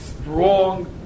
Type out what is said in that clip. strong